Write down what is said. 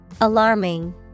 Alarming